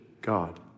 God